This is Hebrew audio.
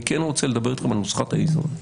אני כן רוצה לדבר על נוסחת האיזון.